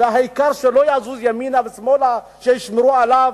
והעיקר שלא יזוז ימינה ושמאלה, שישמרו עליו.